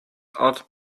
odd